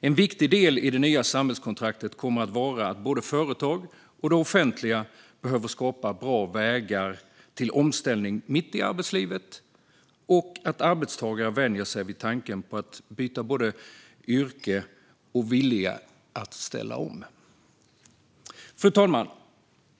En viktig del i det nya samhällskontraktet kommer att vara att både företag och det offentliga behöver skapa bra vägar till omställning mitt i arbetslivet och att arbetstagare vänjer sig vid tanken på att byta både yrke och vilja att ställa om. Fru talman!